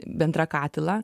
bendrą katilą